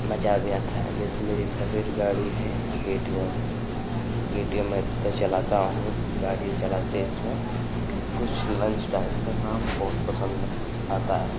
मज़ा भी आता है मेरी फ़ेवरेट गाड़ी गाड़ी है K T M K T M मैं अधिकतर चलाता हूँ गाड़ी चलाते समय कुछ लन्च टाइम करना बहुत पसन्द लगता आता है